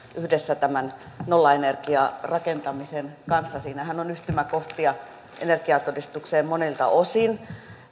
tämän nollaenergiarakentamisen kanssa siinähän on yhtymäkohtia energiatodistukseen monilta osin